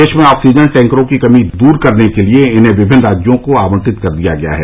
देश में ऑक्सीजन टैंकरों की कमी दूर करने के लिए इन्हें विभिन्न राज्यों को आवंटित कर दिया गया है